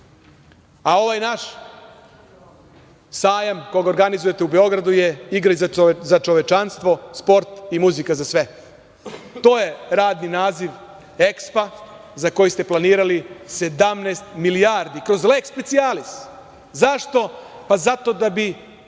a ovaj naš sajam koji organizujete u Beogradu je „Igraj za čovečanstvo, sport i muzika za sve“. To je radni naziv EKSPA za koji ste planirali 17 milijardi, kroz leks specijalis. Zašto? Zato da bi